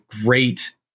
great